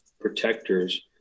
protectors